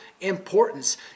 importance